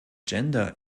gender